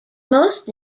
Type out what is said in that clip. most